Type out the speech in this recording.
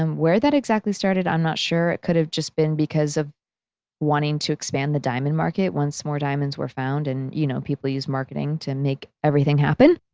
um where that exactly started? i'm not sure. it could have just been because of wanting to expand the diamond market once more diamonds were found, and you know, people use marketing to make everything happen.